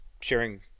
sharing